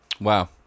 Wow